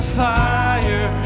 fire